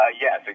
Yes